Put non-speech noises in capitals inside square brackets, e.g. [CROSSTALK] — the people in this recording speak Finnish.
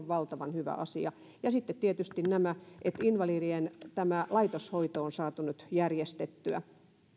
[UNINTELLIGIBLE] valtavan hyvä asia ja sitten tietysti tämä että invalidien laitoshoito on saatu nyt järjestettyä